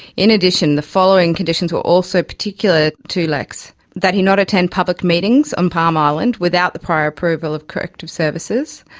in addition, the following conditions were also particular to lex that he not attend public meetings on palm island without the prior approval of corrective services,